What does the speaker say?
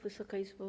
Wysoka Izbo!